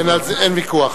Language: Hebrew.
אין ויכוח.